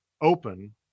open